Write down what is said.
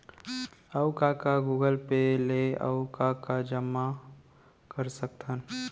अऊ का का गूगल पे ले अऊ का का जामा कर सकथन?